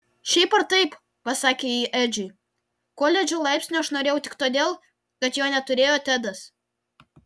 šiaip ar taip pasakė ji edžiui koledžo laipsnio aš norėjau tik todėl kad jo neturėjo tedas